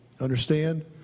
Understand